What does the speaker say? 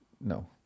No